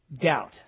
doubt